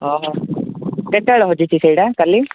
କେତେବେଳେ ହଜିଛି ସେଇଟା କାଲି